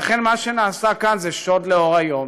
לכן, מה שנעשה כאן זה שוד לאור היום.